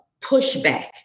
pushback